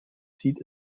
zieht